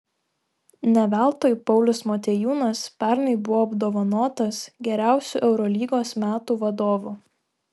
ne veltui paulius motiejūnas pernai buvo apdovanotas geriausiu eurolygos metų vadovu